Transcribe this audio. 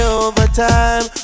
overtime